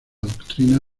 doctrina